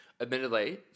Admittedly